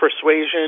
persuasion